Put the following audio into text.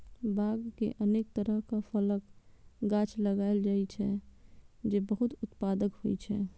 बाग मे अनेक तरहक फलक गाछ लगाएल जाइ छै, जे बहुत उत्पादक होइ छै